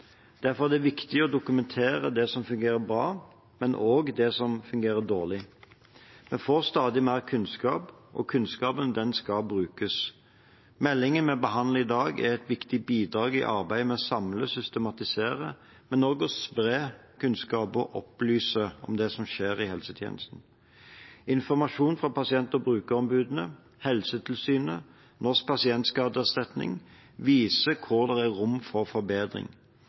Derfor er det viktig å dokumentere det som fungerer bra, men også det som fungerer dårlig. Vi får stadig mer kunnskap, og kunnskapen skal brukes. Meldingen vi behandler i dag, er et viktig bidrag i arbeidet med å samle og systematisere, men også å spre kunnskap og opplyse om det som skjer i helsetjenesten. Informasjon fra pasient- og brukerombudene, Helsetilsynet og Norsk pasientskadeerstatning viser hvor det er rom for forbedring.